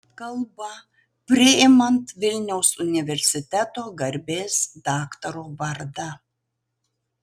kalba priimant vilniaus universiteto garbės daktaro vardą